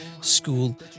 school